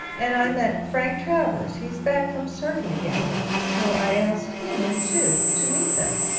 and i met frank travers he's back from circuit again now, so i asked him in too, to meet them